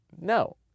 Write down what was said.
no